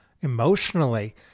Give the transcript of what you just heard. emotionally